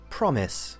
Promise